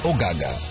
Ogaga